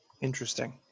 interesting